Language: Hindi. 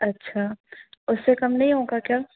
अच्छा उससे कम नहीं होगा क्या